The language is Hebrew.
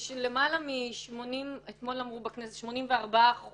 אתמול אמרו בכנסת ש-84%